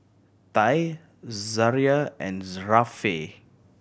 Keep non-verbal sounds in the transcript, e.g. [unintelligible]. Ty Zariah and [unintelligible] Rafe